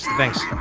thanks.